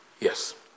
Yes